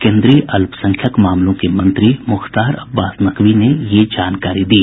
केन्द्रीय अल्पसंख्यक मामलों के मंत्री मुख्तार अब्बास नकवी ने ये जानकारी दी